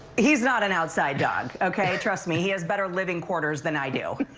he's not an outside dog, okay, trust me, he has better living quarters than i do.